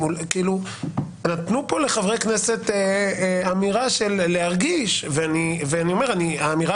נתנו פה לחברי הכנסת אמירה של להרגיש ואני אומר שהאמירה